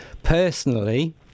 personally